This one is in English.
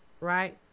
right